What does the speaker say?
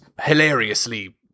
hilariously